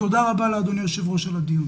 תודה רבה לאדוני היושב-ראש על הדיון.